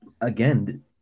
again